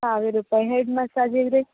ಸಾವಿರ ರೂಪಾಯಿ ಹೆಡ್ ಮಸಾಜಿಗೆ ರೀ